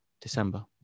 December